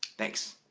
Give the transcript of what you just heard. thanks.